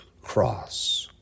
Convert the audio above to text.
cross